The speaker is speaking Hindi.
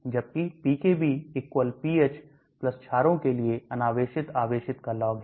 जबकि pKb pH छारो के लिए अनावेशितआवेशित का log है